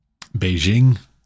Beijing